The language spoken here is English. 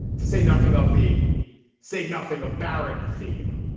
to say nothing of the say nothing of baron theme,